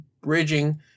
bridging